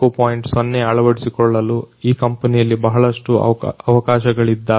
೦ ಅಳವಡಿಸಿಕೊಳ್ಳಲು ಈ ಕಂಪನಿಯಲ್ಲಿ ಬಹಳಷ್ಟು ಅವಕಾಶಗಳಿದ್ದಾವೆ